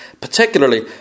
particularly